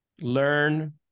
learn